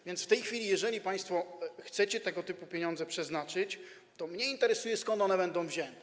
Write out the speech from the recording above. A więc w tej chwili jeżeli państwo chcecie tego typu pieniądze przeznaczyć, to mnie interesuje, skąd one będą wzięte.